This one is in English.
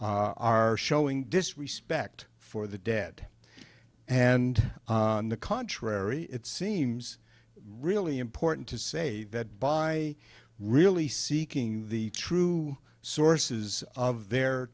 are showing disrespect for the dead and on the contrary it seems really important to say that by really seeking the true sources of their